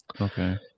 okay